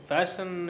Fashion